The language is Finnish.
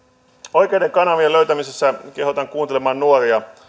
oikeiden kanavien löytämisessä kehotan kuuntelemaan nuoria